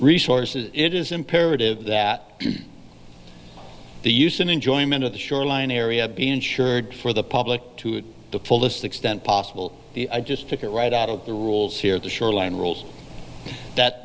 resources it is imperative that the use in enjoyment of the shoreline area be ensured for the public to the fullest extent possible i just took it right out of the rules here the shoreline rules that